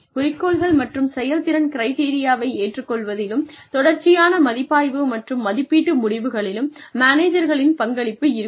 குறிக்கோள்கள் மற்றும் செயல்திறன் கிரிட்டெரியாவை ஏற்றுக் கொள்வதிலும் தொடர்ச்சியான மதிப்பாய்வு மற்றும் மதிப்பீட்டு முடிவுகளிலும் மேனேஜர்களின் பங்களிப்பு இருக்கும்